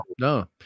no